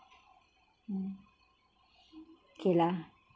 mm kay lah